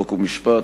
חוק ומשפט,